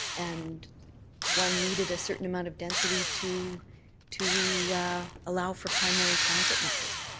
and one needed a certain amount of density to to allow for primary transit network.